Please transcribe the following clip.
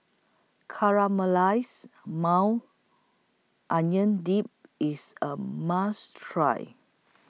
Caramelized Maui Onion Dip IS A must Try